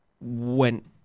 went